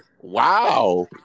Wow